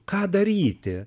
ką daryti